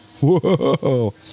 Whoa